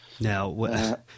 Now